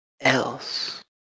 else